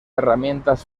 herramientas